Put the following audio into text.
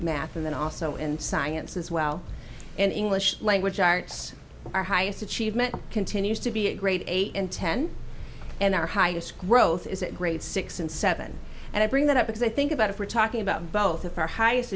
math and then also in science as well in english language arts our highest achievement continues to be a great eight and ten and our highest growth is at grade six and seven and i bring that up because i think about if we're talking about both of our highest